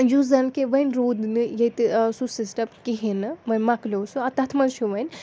یُس زَن کہِ وۄنۍ روٗد نہٕ ییٚتہِ سُہ سِسٹَم کِہیٖنۍ نہٕ وۄنۍ مَکلیو سُہ تَتھ منٛز چھُ وۄنۍ